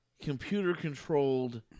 computer-controlled